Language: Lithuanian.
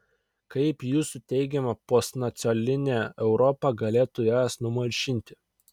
kaip jūsų teigiama postnacionalinė europa galėtų jas numalšinti